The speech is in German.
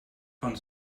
von